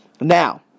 Now